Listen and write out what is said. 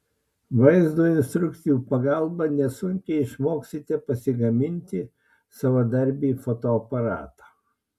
vaizdo instrukcijų pagalba nesunkiai išmoksite pasigaminti savadarbį fotoaparatą